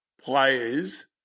players